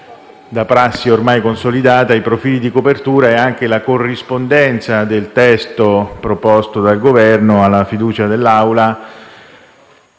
da prassi ormai consolidata, i profili di copertura nonché la corrispondenza del testo proposto dal Governo alla fiducia dell'Assemblea